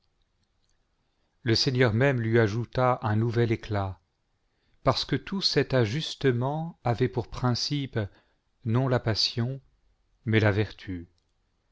le seigneur même lui ajouta un nouvel éclat parce que tout cet ajustement avait pour principe non la passion mais la vertu